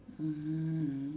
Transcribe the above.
mm